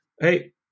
Hey